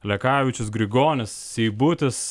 lekavičius grigonis seibutis